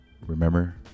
remember